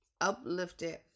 uplifted